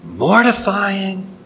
Mortifying